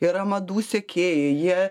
yra madų sekėjai jie